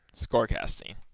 scorecasting